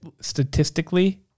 statistically